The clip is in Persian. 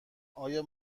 آیا